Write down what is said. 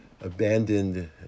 abandoned